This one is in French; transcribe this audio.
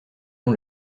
non